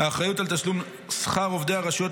האחריות לתשלום שכר עובדי הרשויות